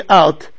out